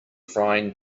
frying